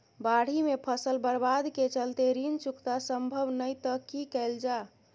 बाढि में फसल बर्बाद के चलते ऋण चुकता सम्भव नय त की कैल जा?